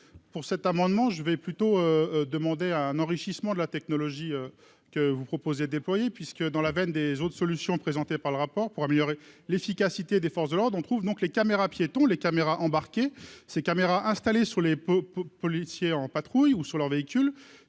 pour cet amendement, je vais plutôt demander à un enrichissement de la technologie que vous proposez, puisque dans la veine des autres solutions présentées par le rapport pour améliorer l'efficacité des forces de l'ordre. Trouve donc les caméras piétons les caméras embarquées ces caméras installées sur les policiers en patrouille ou sur leurs véhicules,